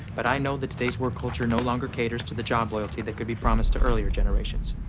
but i know that today's work culture no longer caters to the job loyalty that could be promised to earlier generations.